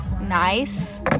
nice